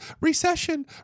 Recession